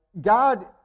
God